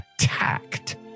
attacked